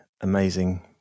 amazing